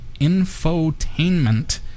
infotainment